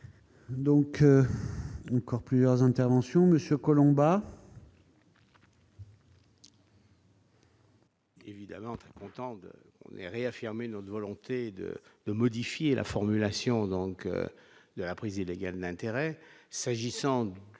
Donc encore plusieurs interventions Monsieur Collombat.